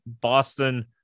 Boston